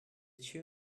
two